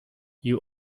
you